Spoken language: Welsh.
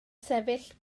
sefyll